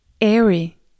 airy